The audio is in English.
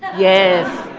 yes.